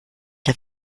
der